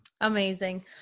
Amazing